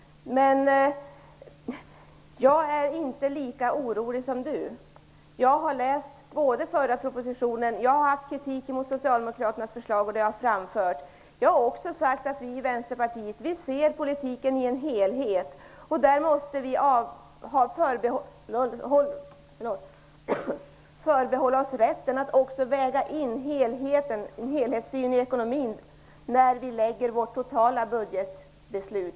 Jag är inte lika orolig som Gudrun Lindvall. Jag har läst förra propositionen. Jag har riktat kritik mot Socialdemokraternas förslag, och det har jag framfört. Jag har också sagt att vi i Vänsterpartiet ser på politiken i dess helhet. Vi måste förbehålla oss rätten att också väga in en helhetssyn i ekonomin när vi lägger fram vår totala budget.